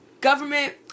Government